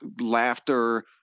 laughter